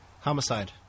Homicide